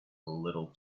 little